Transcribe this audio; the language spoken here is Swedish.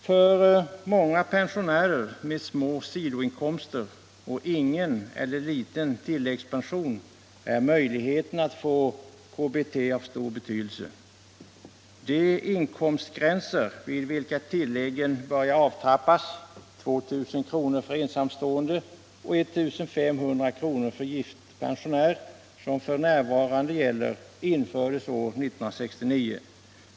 För många pensionärer med små sidoinkomster och ingen eller liten tilläggspension är möjligheterna att få KBT av stor betydelse. De inkomstgränser vid vilka tilläggen börjar avtrappas — 2 000 kr. för ensamstående och 1 500 kr. för gift pensionär — infördes år 1969.